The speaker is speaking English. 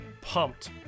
pumped